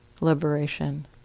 liberation